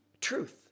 truth